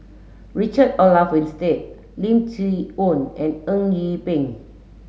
Richard Olaf Winstedt Lim Chee Onn and Eng Yee Peng